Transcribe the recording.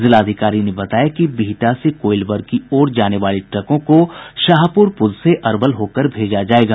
जिलाधिकारी ने बताया कि बिहटा से कोईलवर की ओर जाने वाली ट्रकों को शाहपुर पुल से अरवल होकर भेजा जायेगा